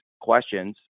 questions